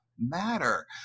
matter